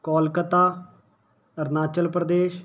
Kolkata Arunachal Pradesh